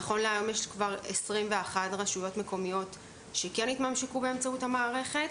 נכון להיום יש כבר 21 רשויות מקומיות שכן התממשקו באמצעות המערכת.